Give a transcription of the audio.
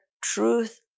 truth